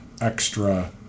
extra